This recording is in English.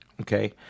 Okay